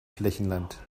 flächenland